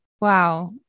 wow